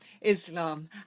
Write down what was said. Islam